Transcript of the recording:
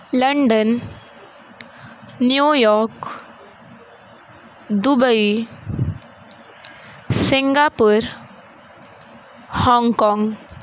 London New York Dubai Singapore Hong Kong